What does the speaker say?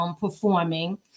performing